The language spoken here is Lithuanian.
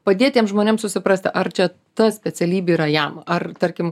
padėt tiems žmonėms suprasti ar čia ta specialybė yra jam ar tarkim